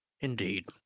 Indeed